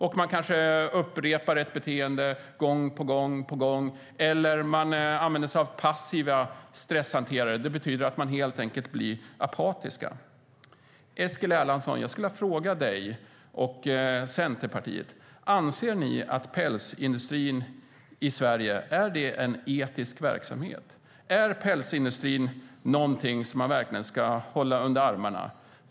De kanske upprepar ett beteende gång på gång eller också kan de använda sig av passiva stresshanterare. Det betyder helt enkelt att de blir apatiska. Eskil Erlandsson, jag vill fråga dig och Centerpartiet: Anser ni att pälsindustrin i Sverige är en etisk verksamhet? Är pälsindustrin någonting som man verkligen ska hålla under armarna?